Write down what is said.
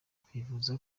twifuza